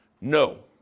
No